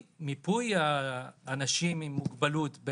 מיפוי אנשים עם מוגבלות,